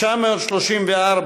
934,